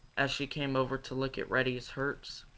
as she came over to look at reddy's hurts.